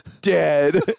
dead